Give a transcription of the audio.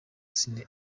cine